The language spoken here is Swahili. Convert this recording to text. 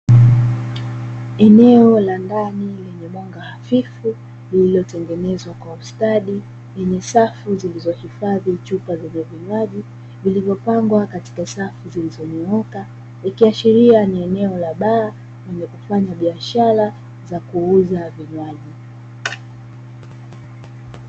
Eneo la ndani lenye ustadi